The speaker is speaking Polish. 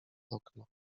okno